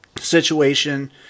situation